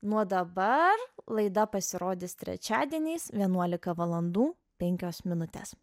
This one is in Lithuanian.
nuo dabar laida pasirodys trečiadieniais vienuolika valandų penkios minutės